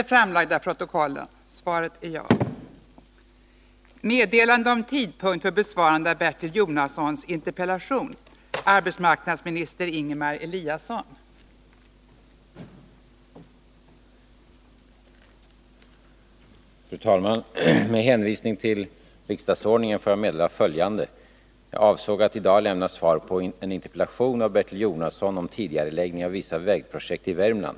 Fru talman! Med hänvisning till riksdagsordningen får jag meddela följande. Jag avsåg att i dag lämna svar på en interpellation av Bertil Jonasson om tidigareläggning av vissa vägprojekt i Värmland.